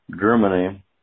Germany